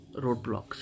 roadblocks